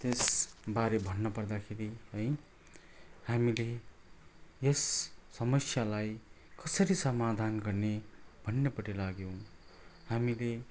त्यसबारे भन्न पर्दाखेरि है हामीले यस समस्यालाई कसरी समाधान गर्ने भन्नेपट्टि लाग्यौँ हामीले